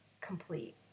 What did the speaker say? complete